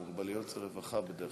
מוגבלות זה רווחה בדרך,